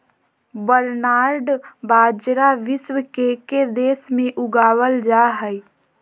barnyard बाजरा विश्व के के देश में उगावल जा हइ